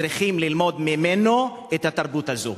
צריכים ללמוד ממנו את התרבות הזאת.